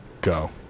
Go